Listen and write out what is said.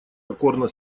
покорно